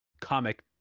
comic